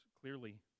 clearly